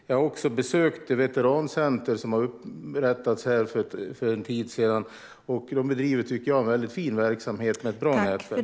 Jag har också besökt det veterancentrum som inrättades för en tid sedan, och jag tycker att man där bedriver en väldigt fin verksamhet med ett bra nätverk.